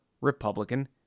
republican